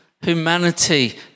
humanity